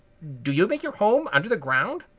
do you make your home under the ground?